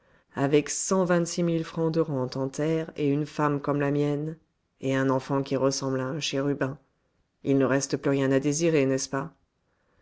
de rente en terres et une femme comme la mienne et un enfant qui ressemble à un chérubin il ne reste plus rien à désirer n'est-ce pas